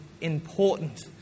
important